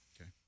Okay